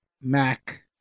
mac